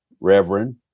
Reverend